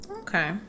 okay